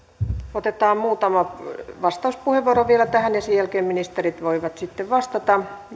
otetaan muutama vastauspuheenvuoro vielä tähän ja sen jälkeen ministerit voivat vastata